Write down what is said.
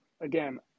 again